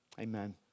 Amen